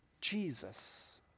Jesus